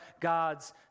God's